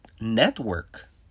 network